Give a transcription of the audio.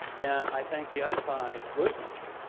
then i think the other side loses,